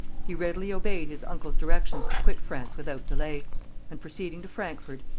he readily obeyed his uncle's directions to quit france without delay and, proceeding to frankfort,